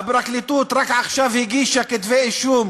הפרקליטות רק עכשיו הגישה כתבי-אישום